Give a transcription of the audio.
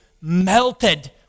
melted